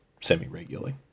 semi-regularly